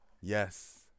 yes